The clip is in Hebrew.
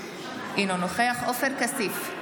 אינו נוכח עופר כסיף,